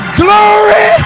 glory